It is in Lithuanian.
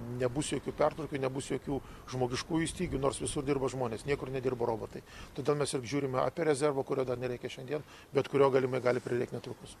nebus jokių pertrūkių nebus jokių žmogiškųjų stygių nors visur dirba žmonės niekur nedirba robotai todėl mes ir apžiūrime apie rezervo kurio dar nereikia šiandien bet kurio galimai gali prireikt netrukus